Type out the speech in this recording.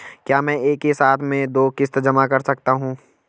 क्या मैं एक ही साथ में दो किश्त जमा कर सकता हूँ?